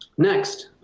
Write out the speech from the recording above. next,